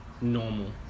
normal